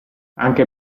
anche